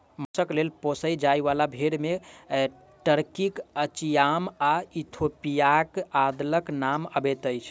मौसक लेल पोसल जाय बाला भेंड़ मे टर्कीक अचिपयाम आ इथोपियाक अदलक नाम अबैत अछि